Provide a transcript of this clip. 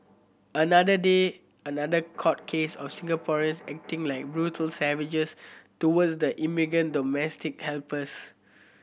another day another court case of Singaporeans acting like brutal savages towards the immigrant domestic helpers